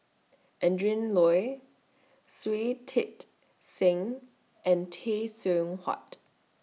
Adrin Loi Shui Tit Sing and Tay Seow Huah